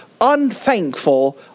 unthankful